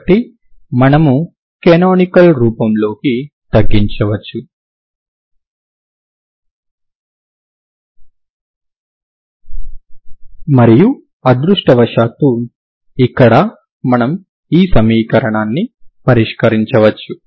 కాబట్టి మనము కనానికల్ రూపంలోకి తగ్గించవచ్చు మరియు అదృష్టవశాత్తూ ఇక్కడ మనం ఈ సమీకరణాన్ని పరిష్కరించవచ్చు